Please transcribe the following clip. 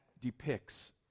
depicts